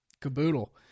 caboodle –